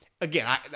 again